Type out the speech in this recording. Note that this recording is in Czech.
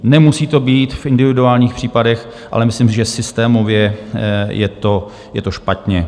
Nemusí to být v individuálních případech, ale myslím, že systémově je to špatně.